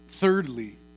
Thirdly